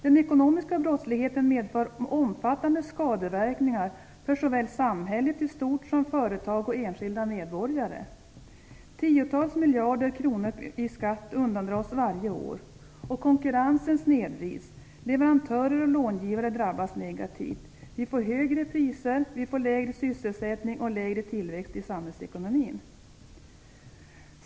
Den ekonomiska brottsligheten medför omfattande skadeverkningar för såväl samhället i stort som företag och enskilda medborgare. Tiotals miljarder kronor i skatt undandras varje år, och konkurrensen snedvrids. Leverantörer och långivare drabbas negativt. Vi får högre priser, lägre sysselsättning och lägre tillväxt i samhällsekonomin.